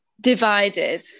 divided